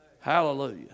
Hallelujah